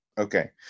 Okay